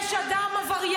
זה בגלל שיש אדם עבריין,